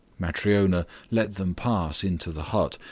matryona let them pass into the hut,